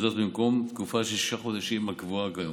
וזאת במקום תקופה של שישה חודשים הקבועה היום.